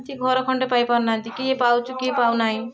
କିଛି ଘର ଖଣ୍ଡେ ପାଇପାରୁ ନାହାଁନ୍ତି କିଏ ପାଉଛି କିଏ ପାଉନାହିଁ